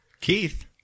Keith